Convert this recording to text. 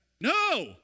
no